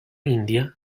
india